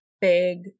big